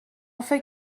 فکر